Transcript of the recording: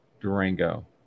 Durango